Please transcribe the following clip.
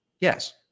Yes